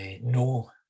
no